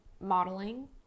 modeling